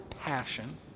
passion